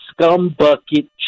scumbucket